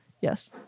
Yes